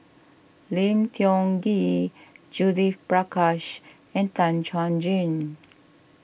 Lim Tiong Ghee Judith Prakash and Tan Chuan Jin